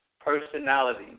personality